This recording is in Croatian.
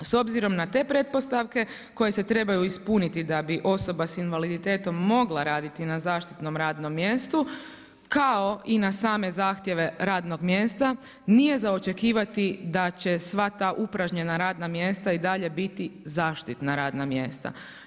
S obzirom na te pretpostavke koje se trebaju ispuniti da bi osoba s invaliditetom mogla raditi na zaštitnom radnom mjestu, kao i same zahtjeve radnog mjesta, nije za očekivati da će sva ta upražnjena radna mjesta i dalje biti zaštitna radna mjesta.